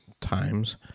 times